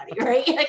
right